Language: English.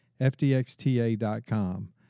fdxta.com